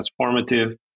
transformative